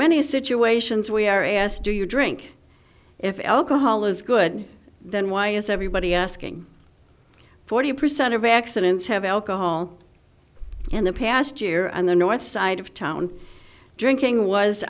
many situations we are asked do you drink if alcohol is good then why is everybody asking forty percent of accidents have alcohol in the past year on the north side of town drinking was